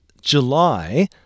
July